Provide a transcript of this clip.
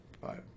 Bye